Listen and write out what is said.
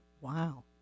Wow